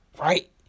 Right